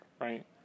right